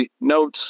notes